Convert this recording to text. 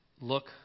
look